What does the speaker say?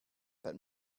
but